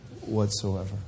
whatsoever